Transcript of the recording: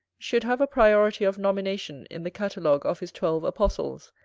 should have a priority of nomination in the catalogue of his twelve apostles,